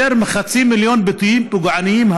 יותר מחצי מיליון ביטויים פוגעניים,